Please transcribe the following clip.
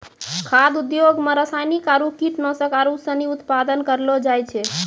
खाद्य उद्योग मे रासायनिक आरु कीटनाशक आरू सनी उत्पादन करलो जाय छै